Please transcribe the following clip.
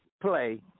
play